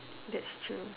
that's true